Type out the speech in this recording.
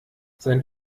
sein